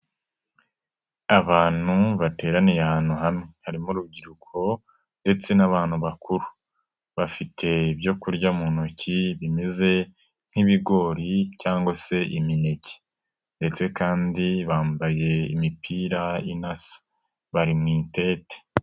Abantu bateraniye ahantu hamwe harimo urubyiruko ndetse n'abantu bakuru, bafite ibyo kurya mu ntoki bimeze nk'ibigori cyangwa se imineke ndetse kandi bambaye imipira inasa, bari mu itete.